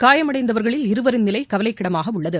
காயமடைந்தவர்களில் இருவரின் நிலைகவலைக்கிடமாகஉள்ளது